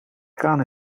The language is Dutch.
kraan